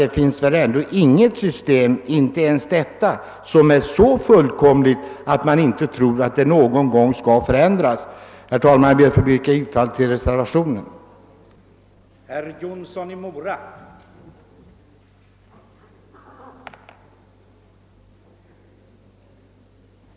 Det finns väl ändå inget system, inte ens detta, som är så fullkomligt, att man tror att det inte någon gång skall förändras. Herr talman! Jag ber att få yrka bifall till reservationen I.